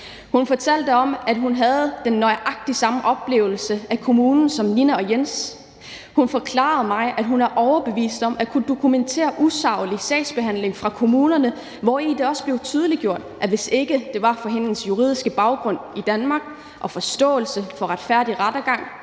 Hun fortalte om, at hun havde nøjagtig den samme oplevelse med kommunen som Nina og Jens. Hun forklarede mig, at hun var overbevist om at kunne dokumentere en usaglig sagsbehandling fra kommunens side, hvor det også blev tydeliggjort, at hvis ikke det var for hendes juridiske baggrund i Danmark og hendes forståelse for retfærdig rettergang,